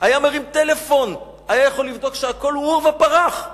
היה מרים טלפון, היה יכול לבדוק שהכול עורבא פרח.